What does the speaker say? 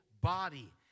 body